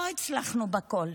לא הצלחנו בכול.